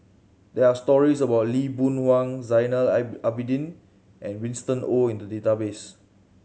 there are stories about Lee Boon Wang Zainal Abidin and Winston Oh in the database